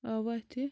آو وا اَتھہِ